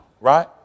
right